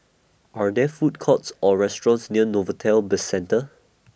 Are There Food Courts Or restaurants near Novelty Bizcentre